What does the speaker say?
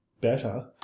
better